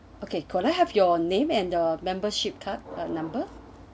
okay can I have your name and the membership card number